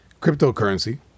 cryptocurrency